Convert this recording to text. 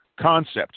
concept